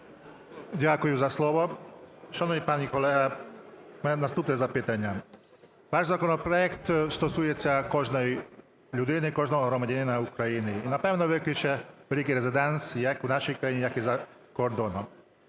Дякую за слово. Шановні пані колего, у мене наступне запитання. Ваш законопроект стосується кожної людини, кожного громадянина України. І, напевне, викличе великий резонанс як в нашій країні, так і за кордоном.